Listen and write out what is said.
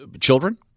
Children